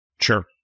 Sure